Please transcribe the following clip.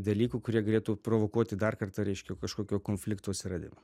dalykų kurie galėtų provokuoti dar kartą reiškia kažkokio konflikto atsiradimą